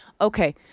okay